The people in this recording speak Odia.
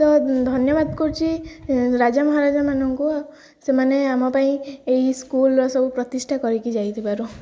ତ ଧନ୍ୟବାଦ କରୁଛି ରାଜା ମହାରାଜାମାନଙ୍କୁ ସେମାନେ ଆମ ପାଇଁ ଏଇ ସ୍କୁଲ୍ର ସବୁ ପ୍ରତିଷ୍ଠା କରିକି ଯାଇଥିବାରୁ